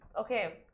Okay